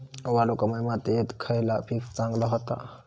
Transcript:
वालुकामय मातयेत खयला पीक चांगला होता?